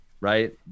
right